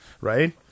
right